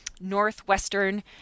Northwestern